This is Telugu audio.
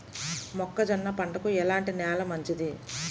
మొక్క జొన్న పంటకు ఎలాంటి నేల మంచిది?